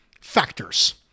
factors